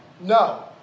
No